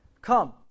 Come